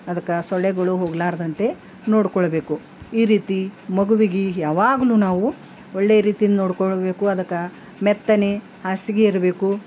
ಅದಕ್ಕ ಸೊಳ್ಳೆಗಳು ಹೋಗಲಾರ್ದಂತೆ ನೋಡಿಕೊಳ್ಬೇಕು ಈ ರೀತಿ ಮಗುವಿಗೆ ಯಾವಾಗಲೂ ನಾವು ಒಳ್ಳೆ ರೀತಿಯಿಂದ ನೋಡಿಕೊಳ್ಬೇಕು ಅದಕ್ಕೆ ಮೆತ್ತನೆ ಹಾಸಿಗೆ ಇರಬೇಕು